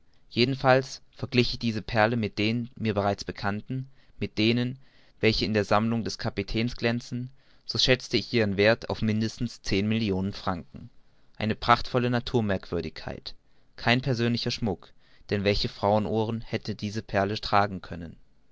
jedenfalls verglich ich diese perle mit den mir bereits bekannten mit denen welche in der sammlung des kapitäns glänzten so schätzte ich ihren werth auf mindestens zehn millionen franken eine prachtvolle naturmerkwürdigkeit kein persönlicher schmuck denn welche frauenohren hätten diese perle tragen können